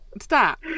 Stop